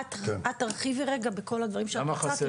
את תרחיבי רגע בכל הדברים שאת רוצה,